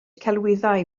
celwyddau